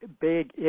big